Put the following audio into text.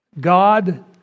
God